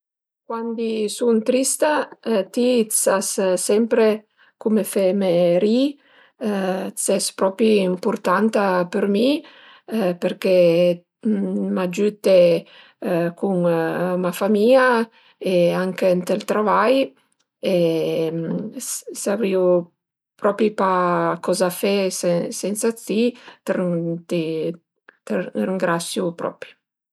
Cuandi sun trista ti sas sempre cume feme ri-i, ses propi impurtanta për mi perché m'agiüte cun ma famìa e anche ënt ël travai e savrìu propi pa coza fe sensa ti, të ringrasiu propi